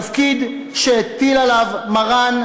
תפקיד שהטיל עליו מרן,